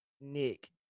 Nick